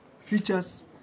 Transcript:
features